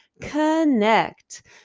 connect